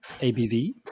ABV